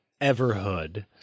everhood